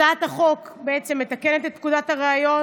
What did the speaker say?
הצעת החוק בעצם מתקנת את פקודת הראיות